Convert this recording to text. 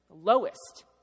lowest